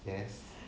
yes